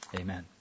Amen